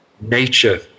nature